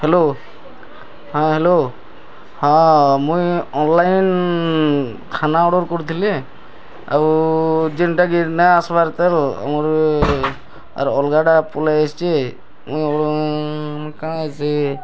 hello ହଁ hello ହଁ ମୁଇଁ ଅନଲାଇନ୍ ଖାନା ଅର୍ଡ଼ର୍ କରୁଥିଲି ଆଉ ଜେନ୍ଟା କି ନାଁ ଆସ୍ବାର୍ ତେଲ ଆମରି ଆର୍ ଅଲଗାଟା ପଲେଇ ଆସିଛି ମୁଇଁ କାଁ ସି